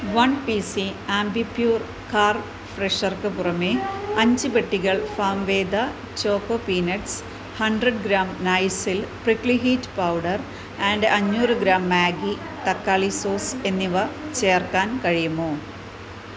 one P C Ambi Pur car ഫ്രെഷർക്ക് പുറമേ അഞ്ച് പെട്ടികൾ Farmveda choco peanuts hundred gram നയിസിൽ പ്രിക്ലി ഹീറ്റ് പൗഡർ ആൻഡ് അഞ്ഞൂറ് ഗ്രാം മാഗി തക്കാളി സോസ് എന്നിവ ചേർക്കാൻ കഴിയുമോ